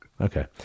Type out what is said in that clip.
Okay